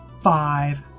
five